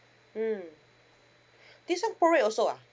mm this one prorate also ah